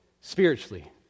Spiritually